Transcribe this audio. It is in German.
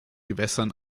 gewässern